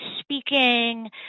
speaking